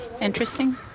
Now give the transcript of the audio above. interesting